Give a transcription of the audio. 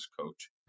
coach